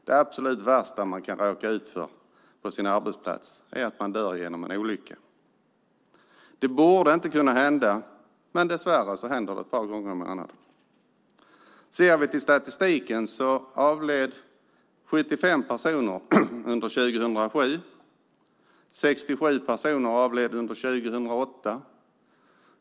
Det absolut värsta man kan råka ut för på sin arbetsplats är att man dör genom en olycka. Det borde inte kunna hända, men dess värre händer det ett par gånger i månaden. Enligt statistiken avled 75 personer under 2007, 67 personer avled under 2008.